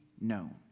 known